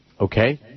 Okay